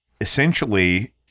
essentially